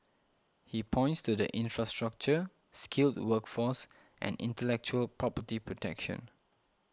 he points to the infrastructure skilled workforce and intellectual property protection